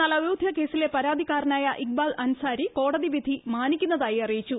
എന്നാൽ അയോധ്യ കേസിലെ പരാതിക്കാരനായ ഇക്ബാൽ അൻസാരി കോടതി വിധി മാനിക്കുന്നതായി അറിയിച്ചു